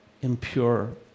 impure